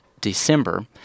December